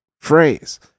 phrase